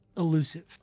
elusive